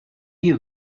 you